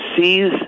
seize